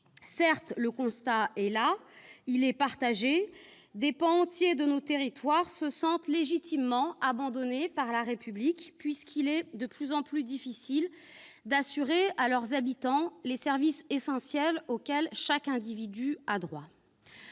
territoires. Le constat est partagé : des pans entiers de nos territoires se sentent légitimement abandonnés par la République, puisqu'il est de plus en plus difficile d'assurer à leurs habitants les services essentiels auxquels chaque individu a droit.